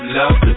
love